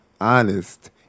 honest